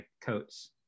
coats